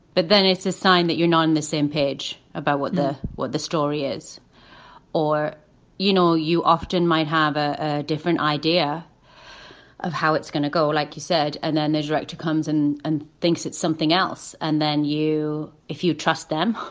but then it's a sign that you're not on the same page about what the what the story is or you know, you often might have a different idea of how it's gonna go. like you said. and then there's right to comes in and thinks it's something else. and then you if you trust them,